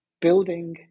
building